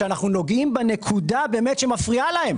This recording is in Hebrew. שאנחנו נוגעים בנקודה שבאמת מפריעה להם.